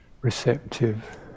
receptive